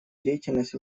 деятельность